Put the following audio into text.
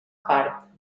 part